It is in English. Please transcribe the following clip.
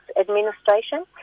Administration